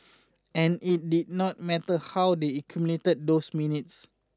and it did not matter how they accumulated those minutes